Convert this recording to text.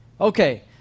Okay